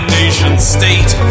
nation-state